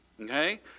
Okay